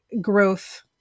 growth